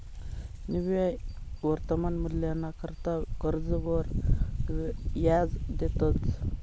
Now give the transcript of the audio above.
निव्वय वर्तमान मूल्यना करता कर्जवर याज देतंस